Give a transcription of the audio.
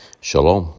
Shalom